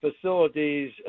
facilities